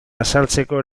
azaltzeko